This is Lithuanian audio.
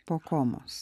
po komos